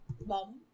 Bomb